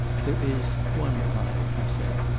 there is, one i, he said.